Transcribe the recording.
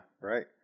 right